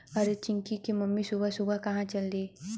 अरे चिंकी की मम्मी सुबह सुबह कहां चल दी?